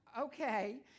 okay